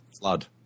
flood